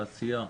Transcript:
תעשייה,